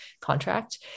contract